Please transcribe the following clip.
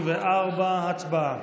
34, הצבעה.